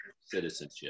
citizenship